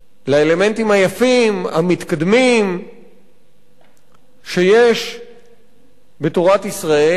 לאלמנטים היפים והמתקדמים שיש בתורת ישראל,